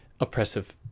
oppressive